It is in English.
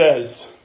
says